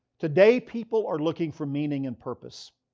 today people are looking for meaning and purpose.